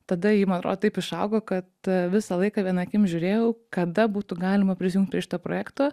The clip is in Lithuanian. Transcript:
tada ji man atrodo taip išaugo kad visą laiką viena akim žiūrėjau kada būtų galima prisijungt prie šito projekto